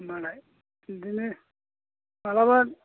होनबालाय बिदिनो माब्लाबा